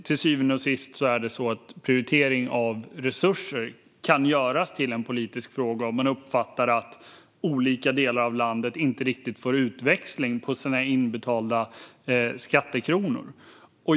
Till syvende och sist kan prioritering av resurser göras till en politisk fråga om man uppfattar att olika delar av landet inte riktigt får utväxling på sina inbetalda skattekronor.